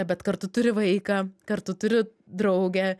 bet kartu turi vaiką kartu turi draugę